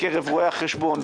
בקרב רואי החשבון,